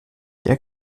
der